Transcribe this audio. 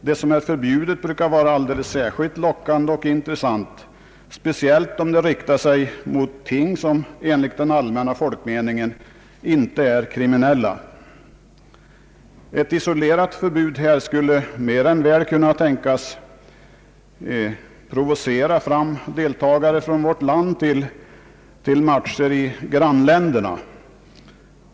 Det som är förbjudet brukar vara alldeles särskilt lockande och intressant, speciellt om förbudet riktar sig mot ting som enligt den allmänna folkmeningen inte är kriminella. Ett isolerat förbud här skulle mer än väl kunna tänkas provocera fram deltagare från vårt land till matcher i grannländerna.